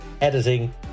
editing